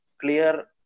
clear